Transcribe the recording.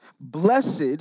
blessed